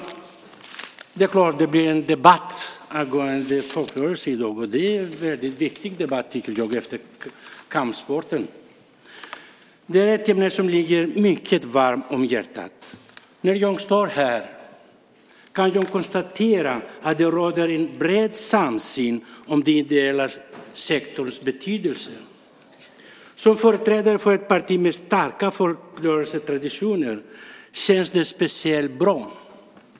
I dag har vi en debatt angående folkrörelsefrågor. Det är en väldigt viktig debatt, tycker jag, efter kampsporterna. Det är ett ämne som ligger mig mycket varmt om hjärtat. När jag står här kan jag konstatera att det råder en bred samsyn om den ideella sektorns betydelse. Som företrädare för ett parti med starka folkrörelsetraditioner känns det speciellt bra.